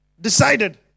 Decided